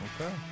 Okay